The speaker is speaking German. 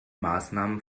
maßnahmen